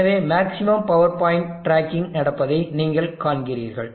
எனவே maximum power point tracking நடப்பதை நீங்கள் காண்கிறீர்கள்